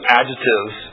adjectives